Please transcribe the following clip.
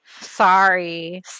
Sorry